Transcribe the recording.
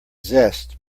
zest